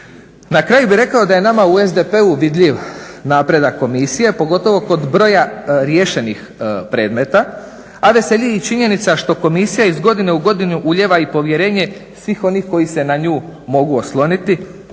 Na kraju bih rekao da je nama u SDP-u vidljiv napredak komisije pogotovo kod broja riješenih predmeta, a veseli i činjenica što komisija iz godine u godinu ulijeva i povjerenje svih onih koji se na nju mogu osloniti